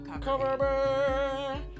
Cover